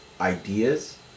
ideas